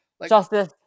Justice